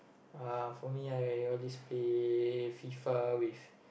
uh for me I always play FIFA with